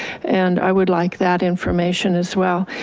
and i would like that information as well.